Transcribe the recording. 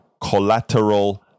collateral